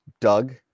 Doug